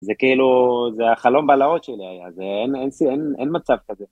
זה כאילו, זה החלום בלהות שלי היה, אין מצב כזה.